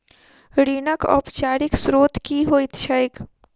ऋणक औपचारिक स्त्रोत की होइत छैक?